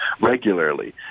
regularly